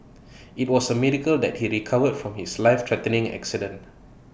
IT was A miracle that he recovered from his lifethreatening accident